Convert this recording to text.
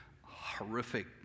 horrific